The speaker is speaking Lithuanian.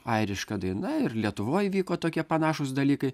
airiška daina ir lietuvoj vyko tokie panašūs dalykai